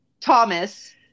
Thomas